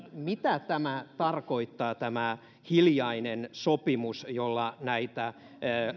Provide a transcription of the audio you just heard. mitä tarkoittaa tämä hiljainen sopimus jolla näitä